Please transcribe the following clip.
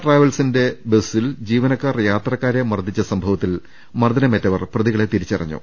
കല്ലട ട്രാവൽസിന്റെ ബസ്സിൽ ജീവനക്കാർ യാത്രക്കാരെ മർദ്ദിച്ച സംഭവത്തിൽ മർദ്ദനമേറ്റവർ പ്രതികളെ തിരിച്ചറിഞ്ഞു